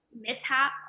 mishap